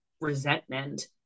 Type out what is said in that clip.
resentment